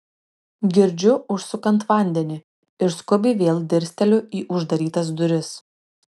girdžiu užsukant vandenį ir skubiai vėl dirsteliu į uždarytas duris